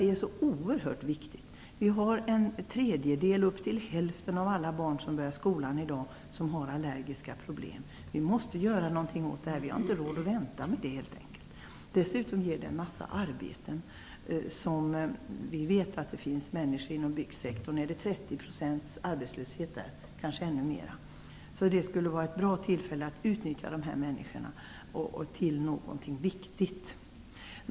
Det är så oerhört viktigt. Upp till hälften av alla barn som börjar skolan i dag har allergiska problem. Vi måste göra någonting åt detta. Vi har helt enkelt inte råd att vänta. Dessutom ger det en massa arbeten. Är det 30 % arbetslöshet inom byggsektorn? Kanske är den ännu högre. Detta skulle vara ett bra tillfälle att utnyttja dessa människor till någonting viktigt.